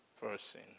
person